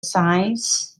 sighs